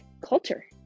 culture